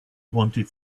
wanted